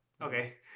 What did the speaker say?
Okay